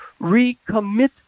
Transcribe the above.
recommit